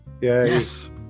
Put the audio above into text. Yes